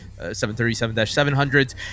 737-700s